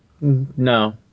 No